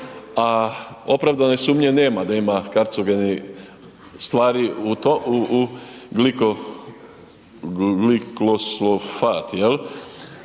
a opravdane sumnje nema da ima karcenogenih stvari u to,